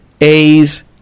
A's